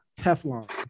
Teflon